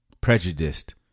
prejudiced